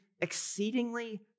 exceedingly